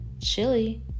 chili